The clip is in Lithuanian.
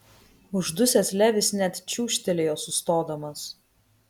uždusęs levis net čiūžtelėjo sustodamas